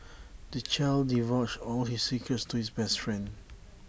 the child divulged all his secrets to his best friend